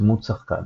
דמות שחקן